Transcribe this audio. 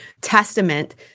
testament